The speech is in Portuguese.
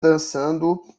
dançando